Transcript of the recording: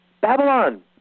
Babylon